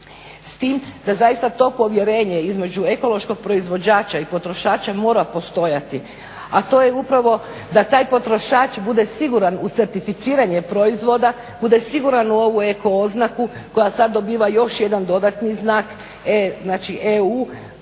s tim da zaista to povjerenje između ekološkog proizvođača i potrošača mora postojati, a to je upravo da taj potrošač bude siguran u certificiranje proizvoda, bude siguran u ovu eko oznaku koja sad dobiva još jedan dodatni znak E, znači EU,